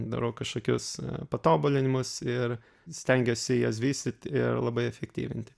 darau kažkokius patobulinimus ir stengiuosi jas vystyt ir labai efektyvinti